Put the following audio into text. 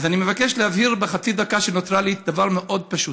אז אני מבקש להבהיר בחצי דקה שנותרה לי דבר מאוד פשוט: